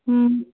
हूं